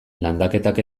landaketak